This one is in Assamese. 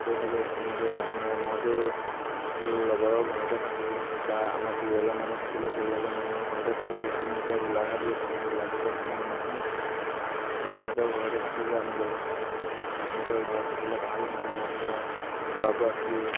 হৈ থাকে এনেকৈ আপোনাৰ মইতো লগৰৰ ঘৰতে থাকোঁগৈ বা আমাৰ পৰিয়ালৰ মানুহ থাকিলে পৰিয়ালৰ মানুহৰ ঘৰতে থাকোঁগৈ আমি এতিয়া গোলাঘাট গৈ থাকোঁ গোলাঘাটত মোৰ মাহী আছে মাহীহঁতৰ ঘৰতে থাকোঁগৈ আমি গ'লে মাহীহঁতৰ ঘৰত থাকিলে ভাল মানে আপোনাৰ খোৱা বোৱা ফ্ৰী